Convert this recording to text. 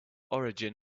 origin